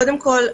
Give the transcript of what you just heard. קודם כל,